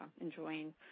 enjoying